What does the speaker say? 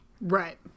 Right